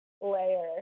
layer